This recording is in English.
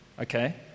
okay